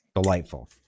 Delightful